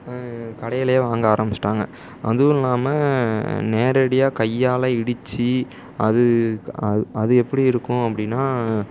கடையிலேயே வாங்க ஆரமிச்சுட்டாங்க அதுவும் இல்லாமல் நேரடியாக கையால் இடித்து அது அ அது எப்படி இருக்கும் அப்படினா